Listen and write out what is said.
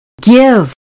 Give